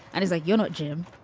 and he's like, you know, jim,